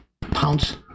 pounce